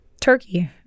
turkey